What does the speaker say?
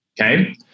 okay